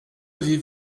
avez